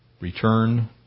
Return